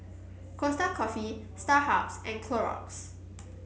Costa Coffee Starhub and Clorox